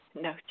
No